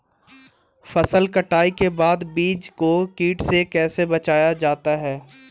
फसल कटाई के बाद बीज को कीट से कैसे बचाया जाता है?